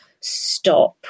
stop